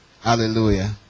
hallelujah